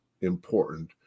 important